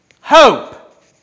Hope